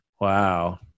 Wow